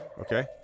Okay